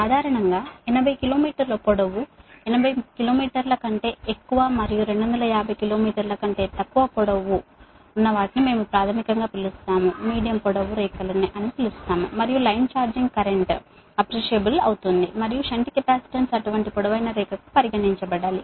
సాధారణంగా 80 కిలోమీటర్ల పొడవు కంటే ఎక్కువ మరియు 250 కిలోమీటర్ల కంటే తక్కువ పొడవు అని మనం ప్రాథమికంగా పిలుస్తాము మీడియం లైన్ అని మనం పిలుస్తాము మరియు లైన్ ఛార్జింగ్ కరెంట్ మెరుగు అవుతుంది మరియు షంట్ కెపాసిటెన్స్ అటువంటి లాంగ్ లైన్ పరిగణించబడాలి